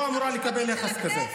לא אמורה לקבל יחס כזה.